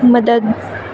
مدد